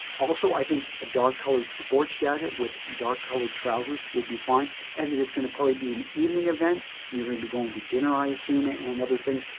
also i think a dark-colored sports jacket with dark colored trousers would be fine as it is going to probably be an evening event. you're going to be going to dinner, i assume, ah and other things.